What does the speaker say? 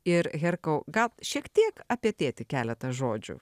ir herkau gal šiek tiek apie tėtį keletą žodžių